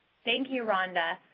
thank you, rhonda.